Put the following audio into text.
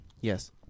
Yes